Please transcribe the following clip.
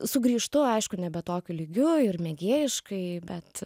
sugrįžtu aišku nebe tokiu lygiu ir mėgėjiškai bet